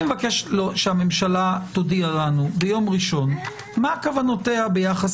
אני מבקש שהממשלה תודיע לנו ביום ראשון מה כוונותיה ביחס